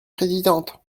présidente